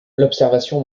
l’observation